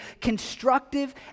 constructive